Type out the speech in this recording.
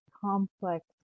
complex